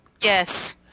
Yes